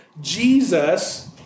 Jesus